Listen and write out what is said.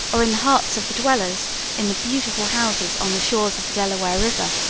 or in the hearts of the dwellers in the beautiful houses on the shores of the delaware river,